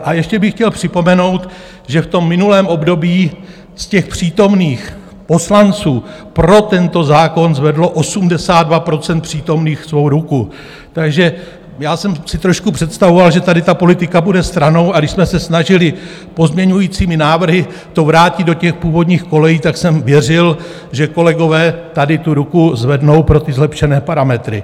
A ještě bych chtěl připomenout, že v minulém období z přítomných poslanců pro tento zákon zvedlo 82 % přítomných svou ruku, takže já jsem si trošku představoval, že tady politika bude stranou, a když jsme se snažili pozměňovacími návrhy to vrátit do původních kolejí, tak jsem věřil, že kolegové tady ruku zvednou pro ty zlepšené parametry.